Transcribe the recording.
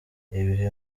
ibihe